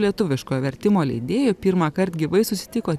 lietuviško vertimo leidėjui pirmąkart gyvai susitiko